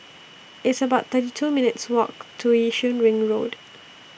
It's about thirty two minutes' Walk to Yishun Ring Road